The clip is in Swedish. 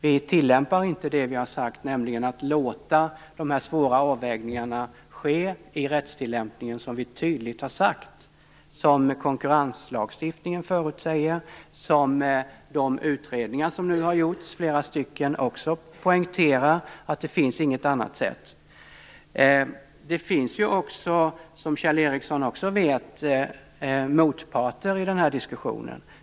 Vi tillämpar inte det vi har sagt, nämligen att låta de svåra avvägningarna ske i rättstillämpningen. Vi har tydligt sagt, konkurrenslagstiftningen förutsäger det och de utredningar som det nu har gjorts flera stycken av poängterar också att det inte finns något annat sätt. Det finns också, som även Kjell Ericsson vet, motparter i den här diskussionen.